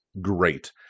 great